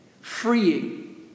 freeing